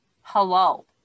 Hello